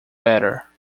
better